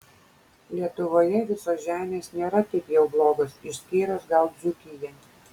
lietuvoje visos žemės nėra taip jau blogos išskyrus gal dzūkiją